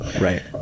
right